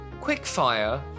quickfire